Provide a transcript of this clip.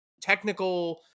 technical